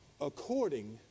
according